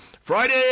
Friday